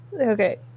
Okay